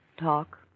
talk